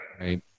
right